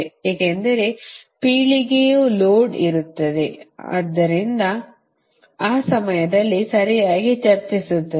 ಏಕೆಂದರೆ ಪೀಳಿಗೆಯು ಲೋಡ್ ಇರುತ್ತದೆ ಆದ್ದರಿಂದ ಆ ಸಮಯದಲ್ಲಿ ಸರಿಯಾಗಿ ಚರ್ಚಿಸುತ್ತದೆ